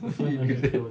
why you wish that